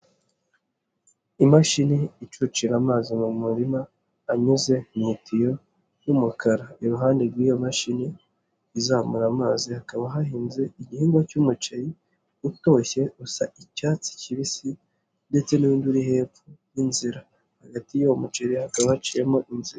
Imashini icucira amazi mu murima anyuze mu itiyo y'umukara iruhande rw'iyo mashini izamura amazi hakaba hahinze igihingwa cy'umuceri utoshye usa icyatsi kibisi ndetse n'undi uri hepfo y'inzira hagati y'uwo muceri hakaba haciyemo inzira.